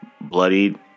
bloodied